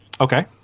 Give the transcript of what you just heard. Okay